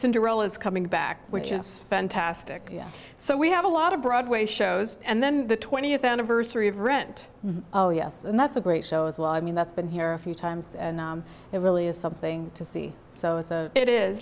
cinderella is coming back which is fantastic so we have a lot of broadway shows and then the twentieth anniversary of rent and that's a great show as well i mean that's been here a few times and it really is something to see so it's a it is